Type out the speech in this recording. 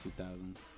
2000s